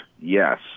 yes